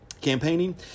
Campaigning